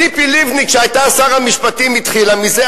ציפי לבני, כשהיתה שרת המשפטים, התחילה מזה.